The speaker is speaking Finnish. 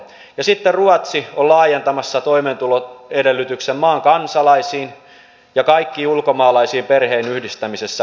ja sitten ruotsi on laajentamassa toimeentuloedellytyksen maan kansalaisiin ja kaikkiin ulkomaalaisiin perheenyhdistämisessä